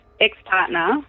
ex-partner